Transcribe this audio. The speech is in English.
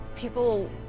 people